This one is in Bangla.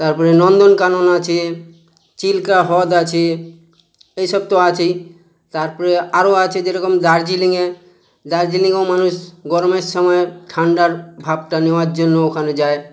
তারপরে নন্দনকানন আছে চিল্কা হ্রদ আছে এই সব তো আছেই তারপরে আরো আছে যেরকম দার্জিলিংয়ে দার্জিলিঙেও মানুষ গরমের সময় ঠান্ডার ভাবটা নেওয়ার জন্য ওখানে যায়